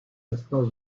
instants